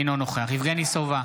בעד יבגני סובה,